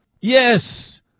Yes